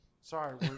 Sorry